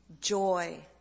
Joy